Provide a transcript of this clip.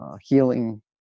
healing